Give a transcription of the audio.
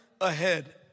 ahead